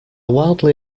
wildly